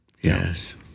Yes